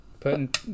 putting